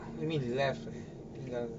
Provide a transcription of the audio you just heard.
what you mean left eh tinggal